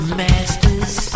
masters